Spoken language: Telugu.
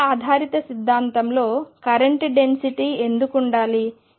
సమయ ఆధారిత సిద్ధాంతంలో కరెంట్ డెన్సిటీ ఎందుకు ఉండాలి